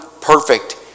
perfect